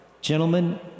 gentlemen